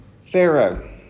Pharaoh